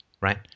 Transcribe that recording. right